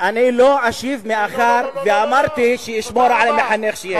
אני לא אשיב, מאחר שאמרתי שאשמור על המחנך שיש בי.